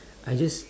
I just